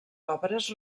obres